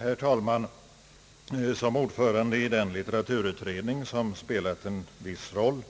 Herr talman! Som ordförande i den litteraturutredning som spelat en viss roll